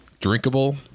drinkable